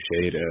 shade